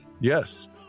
Yes